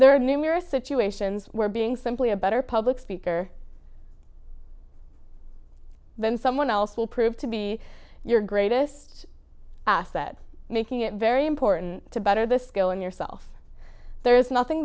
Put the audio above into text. there are numerous situations where being simply a better public speaker than someone else will prove to be your greatest making it very important to better this go on yourself there's nothing